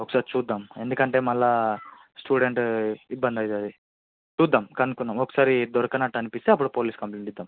ఒకసారి చూద్దాము ఎందుకంటే మళ్ళీ స్టూడెంట్ ఇబ్బంది అవుతుంది చూద్దాము కనుకుందాము ఒకసారి దొరికనట్టు అనిపిస్తే అప్పుడు పోలీస్ కంప్లేయింట్ ఇద్దాము